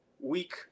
week